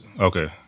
okay